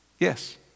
Yes